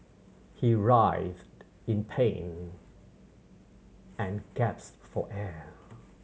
he writhed in pain and gasped for air